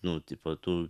nu tipo tu